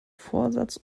vorsatz